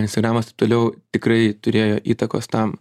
instagramas taip toliau tikrai turėjo įtakos tam